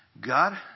God